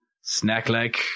snack-like